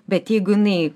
bet jeigu jinai